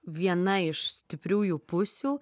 viena iš stipriųjų pusių